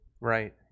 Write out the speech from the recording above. right